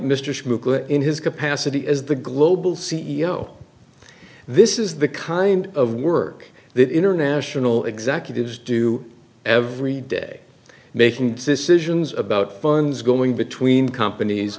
good in his capacity as the global c e o this is the kind of work that international executives do every day making decisions about funds going between companies